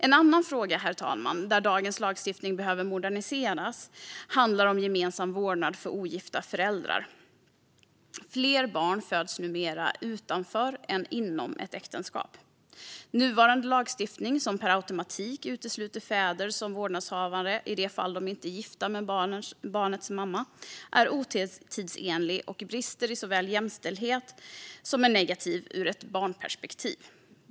En annan fråga, herr talman, där dagens lagstiftning behöver moderniseras handlar om gemensam vårdnad för ogifta föräldrar. Det föds numera fler barn utanför ett äktenskap än inom ett äktenskap. Nuvarande lagstiftning, som per automatik utesluter fäder som vårdnadshavare i de fall de inte är gifta med barnets mamma, är otidsenlig, brister i jämställdhet och är negativ ur ett barnperspektiv.